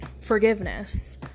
forgiveness